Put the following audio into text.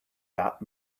that